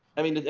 i mean,